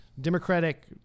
democratic